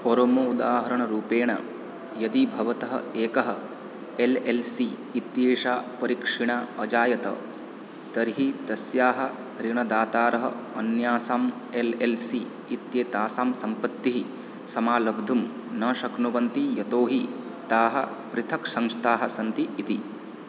परमोदाहरणरूपेण यदि भवतः एकः एल् एल् सि इत्येषा परिक्षीणा अजायत तर्हि तस्याः ऋणदातारः अन्यासाम् एल् एल् सि इत्येतासां सम्पत्तिः समालब्धुं न शक्नुवन्ति यतो हि ताः पृथक् संस्थाः सन्ति इति